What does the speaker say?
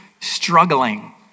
struggling